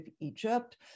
Egypt